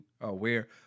aware